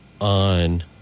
on